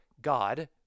God